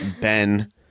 Ben